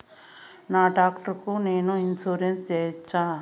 నా టాక్టర్ కు నేను ఇన్సూరెన్సు సేయొచ్చా?